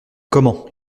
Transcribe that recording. comment